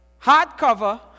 hardcover